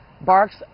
barks